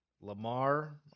Lamar